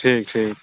ठीक ठीक